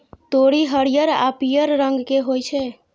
तोरी हरियर आ पीयर रंग के होइ छै